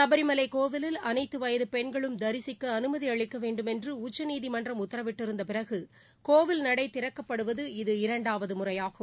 சபரிமலை கோவிலில் அனைத்து வயது பெண்களும் திசிக்க அனுமதி அளிக்க வேண்டும் என்று உச்சநீதிமன்றம் உத்தரவிட்ட பிறகு கோவில் நடை திறக்கப்படுவது இது இரண்டாவது முறையாகும்